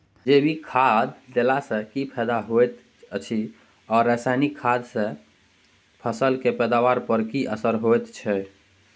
जैविक खाद देला सॅ की फायदा होयत अछि आ रसायनिक खाद सॅ फसल के पैदावार पर की असर होयत अछि?